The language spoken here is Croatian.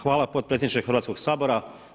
Hvala potpredsjedniče Hrvatskog sabora.